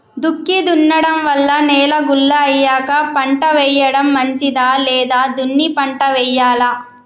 దుక్కి దున్నడం వల్ల నేల గుల్ల అయ్యాక పంట వేయడం మంచిదా లేదా దున్ని పంట వెయ్యాలా?